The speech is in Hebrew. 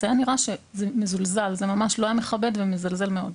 היה נראה שזה מזולזל, ממש לא מכבד ומזלזל מאוד.